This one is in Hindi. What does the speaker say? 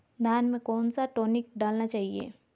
धान में कौन सा टॉनिक डालना चाहिए?